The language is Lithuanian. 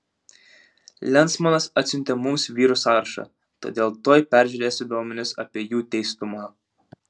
lensmanas atsiuntė mums vyrų sąrašą todėl tuoj peržiūrėsiu duomenis apie jų teistumą